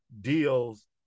deals